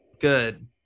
good